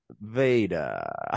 Vader